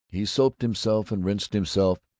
he soaped himself, and rinsed himself,